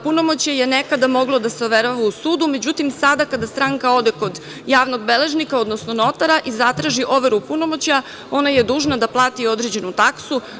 Punomoćje je nekada moglo da se overava u sudu, međutim sada kada stranka ode kod javnog beležnika, odnosno notara i zatraži overu punomoćja, ona je dužna da plati određenu taksu.